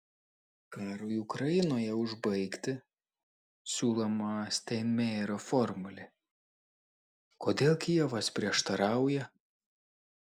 karui ukrainoje užbaigti siūloma steinmeierio formulė kodėl kijevas prieštarauja